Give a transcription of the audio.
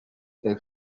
est